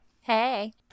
Hey